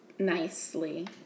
Nicely